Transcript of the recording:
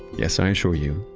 yes, i assure you,